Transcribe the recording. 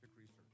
research